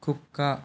కుక్క